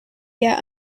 yet